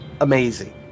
amazing